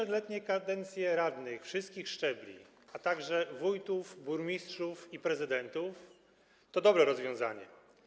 5-letnie kadencje radnych wszystkich szczebli, a także wójtów, burmistrzów i prezydentów to dobre rozwiązanie.